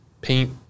paint